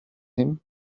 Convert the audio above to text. him